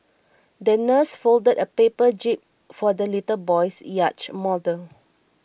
the nurse folded a paper jib for the little boy's yacht model